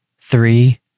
three